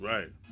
Right